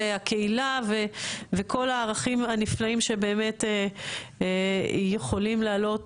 והקהילה וכל הערכים הנפלאים שבאמת יכולים לעלות